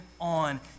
on